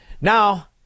Now